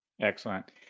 Excellent